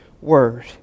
word